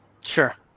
Sure